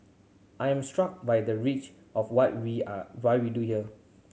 I am struck by the reach of what we are what we do here